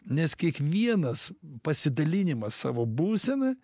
nes kiekvienas pasidalinimas savo būsena